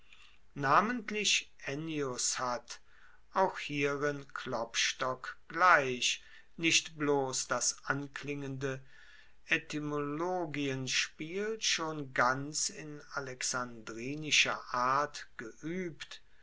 namentlich ennius hat auch hierin klopstock gleich nicht bloss das anklingende etymologienspiel schon ganz in alexandrinischer art geuebt